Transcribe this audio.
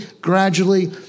gradually